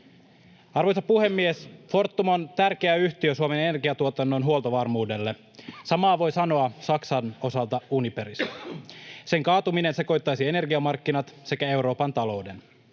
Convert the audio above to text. Arvoisa puhemies! Fortum on tärkeä yhtiö Suomen energiantuotannon huoltovarmuudelle. Samaa voi sanoa Saksan osalta Uniperista. Sen kaatuminen sekoittaisi energiamarkkinat sekä Euroopan talouden.